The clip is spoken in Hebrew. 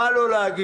מה לא להגיש.